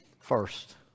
first